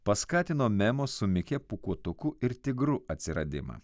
paskatino memo su mike pūkuotuku ir tigru atsiradimą